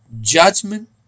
Judgment